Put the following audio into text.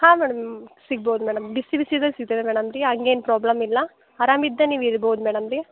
ಹಾಂ ಮೇಡಮ್ ಸಿಗ್ಬೋದು ಮೇಡಮ್ ಬಿಸಿ ಬಿಸಿಯದೇ ಸಿಗ್ತದೆ ಮೇಡಮ್ ರೀ ಹಂಗೇನ್ ಪ್ರಾಬ್ಲಮ್ ಇಲ್ಲ ಆರಾಮಿಂದ ನೀವು ಇರ್ಬೋದು ಮೇಡಮ್ ರೀ